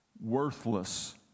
Worthless